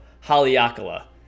Haleakala